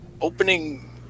opening